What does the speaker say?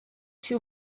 two